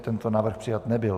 Tento návrh přijat nebyl.